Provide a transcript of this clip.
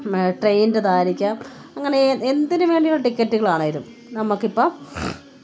ട്രെയിന്റേതായിരിക്കാം അങ്ങനെ എ എന്തിന് വേണ്ടിയുള്ള ടിക്കറ്റുകളാണേലും നമുക്കിപ്പം